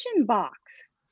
box